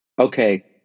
okay